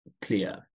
clear